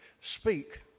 Speak